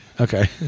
Okay